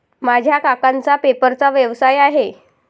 माझ्या काकांचा पेपरचा व्यवसाय आहे